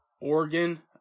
Oregon